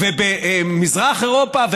במזרח אירופה,